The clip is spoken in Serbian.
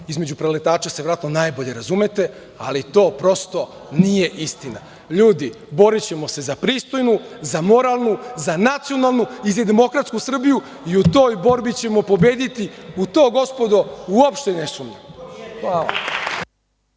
Između preletača se verovatno najbolje razumete, ali to prosto nije istina. Ljudi, borićemo se za pristojnu, za moralnu, za nacionalnu i za demokratsku Srbiju i u toj borbi ćemo pobediti. U to, gospodo, uopšte ne sumnjam.